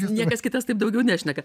niekas kitas taip daugiau nešneka